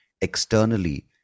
externally